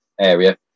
area